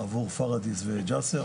פרדיס וג'סר.